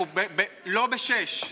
אנחנו לא ב-6%.